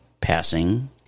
passing